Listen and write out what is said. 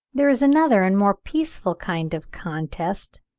there is another and more peaceful kind of contest,